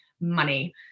money